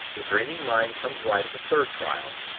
the dreaming mind comes right at the third trial,